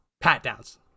pat-downs